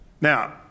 now